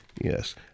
Yes